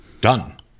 done